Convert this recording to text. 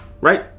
right